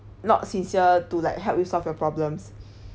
not sincere to like help you solve your problems